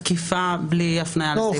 תקיפה, בלי הפניה לסעיף ספציפי.